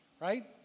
Right